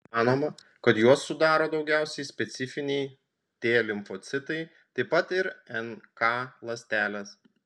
manoma kad juos sudaro daugiausiai specifiniai t limfocitai taip pat ir nk ląstelės